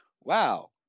Wow